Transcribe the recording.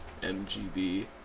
MGB